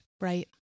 Right